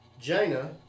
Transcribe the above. Jaina